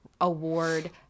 award